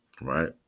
right